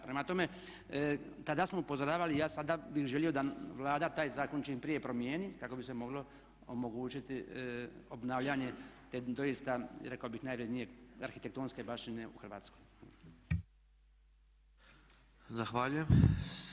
Prema tome, tada smo upozoravali, ja sada bih želio da Vlada taj zakon čim prije promijeni kako bi se moglo omogućiti obnavljanje te doista rekao bih najranjivije arhitektonske baštine u Hrvatskoj.